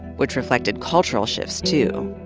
which reflected cultural shifts too.